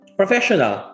professional